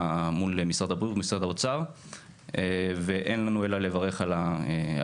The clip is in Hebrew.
משרד הבריאות ומשרד האוצר ואין לנו אלא לברך על זה.